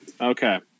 Okay